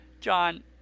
john